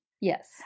Yes